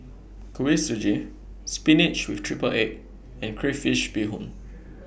Kuih Suji Spinach with Triple Egg and Crayfish Beehoon